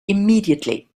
immediately